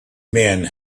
men